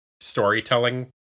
storytelling